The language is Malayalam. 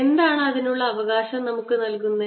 എന്താണ് അതിനുള്ള അവകാശം നമുക്ക് നൽകുന്നത്